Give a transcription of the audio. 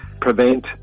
prevent